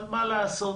אבל מה לעשות,